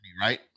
right